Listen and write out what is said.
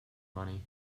money